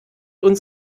uns